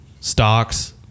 stocks